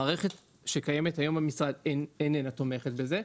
המערכת שקיימת היום במשרד איננה תומכת בזה,